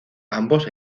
ambos